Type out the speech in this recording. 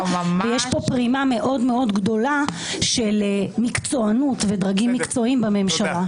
ויש פה פרימה מאוד גדולה של מקצוענות ודרגים מקצועיים בממשלה.